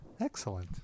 excellent